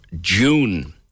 June